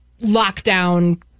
lockdown